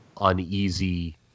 uneasy